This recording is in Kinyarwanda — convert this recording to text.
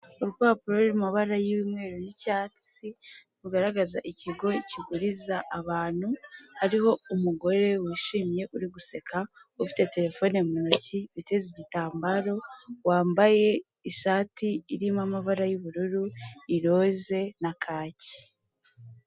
Ahantu hasa nk'ahantu abantu basohokera bisa nk'akabari cyangwa se ahantu abantu bajya kwiyakirira bakaba bahafatiramo amafunguro ya saa sita, hari mu ibara ry'umutuku, hariho intebe z'umutuku ndetse n'imitaka yayo iratukura, birasa nk'ahantu mu gipangu hakinjiramo n'imodoka z'abantu baba baje kubagana.